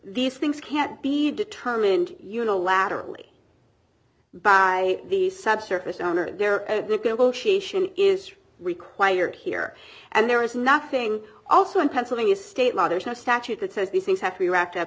these things can't be determined unilaterally by the subsurface owner negotiation is required here and there is nothing also in pennsylvania state law there's no statute that says these things have to be wrapped up